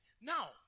Now